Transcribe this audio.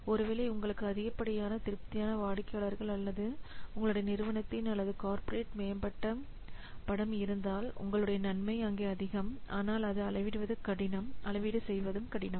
ஒருவேளை உங்களுக்கு அதிகப்படியான திருப்தியான வாடிக்கையாளர்கள் அல்லது உங்களுடைய நிறுவனத்தின் அல்லது கார்ப்பரேட் மேம்பட்ட படம் இருந்தால் உங்களுடைய நன்மை அங்கே அதிகம் ஆனால் அதை அளவிடுவதும் கடினம் அளவீடு செய்வதும் கடினம்